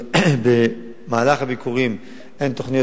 במהלך הביקורים אין תוכניות.